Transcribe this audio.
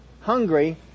Hungry